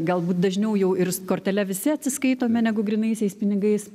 galbūt dažniau jau ir kortele visi atsiskaitome negu grynaisiais pinigais